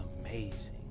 amazing